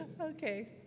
Okay